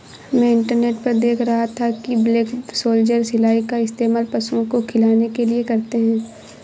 मैं इंटरनेट पर देख रहा था कि ब्लैक सोल्जर सिलाई का इस्तेमाल पशुओं को खिलाने के लिए करते हैं